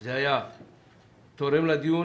זה היה תורם לדיון.